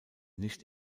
nicht